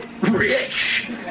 rich